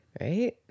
Right